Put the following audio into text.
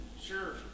Sure